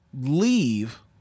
leave